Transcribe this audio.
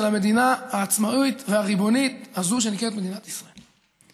המדינה העצמאית והריבונית הזאת שנקראת מדינת ישראל.